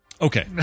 Okay